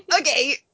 Okay